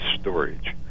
storage